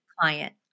client